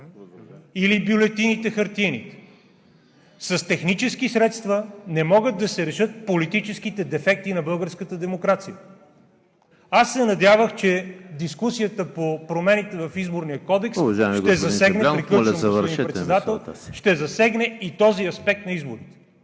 или хартиените бюлетини. С технически средства не могат да се решат политическите дефекти на българската демокрация. Аз се надявах, че дискусията по промените в Изборния кодекс ще засегне… ПРЕДСЕДАТЕЛ ЕМИЛ